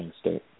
state